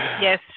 yes